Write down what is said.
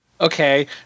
okay